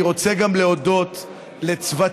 אני רוצה גם להודות לצוותים